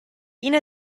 ina